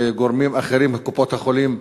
וגורמים אחרים בקופות-החולים,